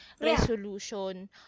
resolution